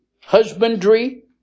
husbandry